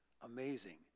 Amazing